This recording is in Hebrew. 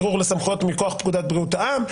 ערעור לסמכויות מכוח פקודת בריאות העם,